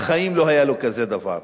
בחיים לא היה לו כזה דבר.